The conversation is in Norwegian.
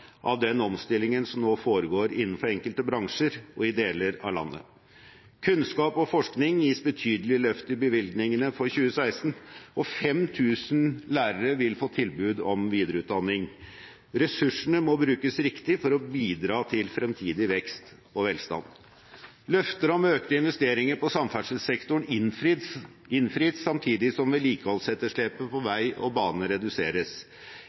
av den omstillingen som nå foregår innenfor enkelte bransjer og i deler av landet. Kunnskap og forskning gis betydelige løft i bevilgningene for 2016, og 5 000 lærere vil få tilbud om videreutdanning. Ressursene må brukes riktig for å bidra til fremtidig vekst og velstand. Løfter om økte investeringer på samferdselssektoren innfris samtidig som vedlikeholdsetterslepet på vei og bane reduseres.